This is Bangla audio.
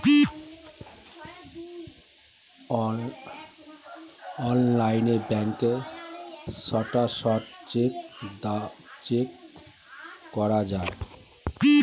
অনলাইনে ব্যাঙ্কের স্ট্যাটাস চেক করা যায়